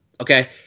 okay